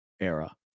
era